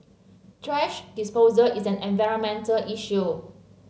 thrash disposal is an environmental issue